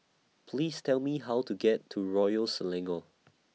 Please Tell Me How to get to Royal Selangor